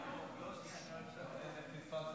אושרה בקריאה